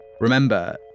Remember